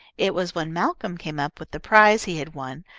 it was when malcolm came up with the prize he had won,